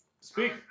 Speak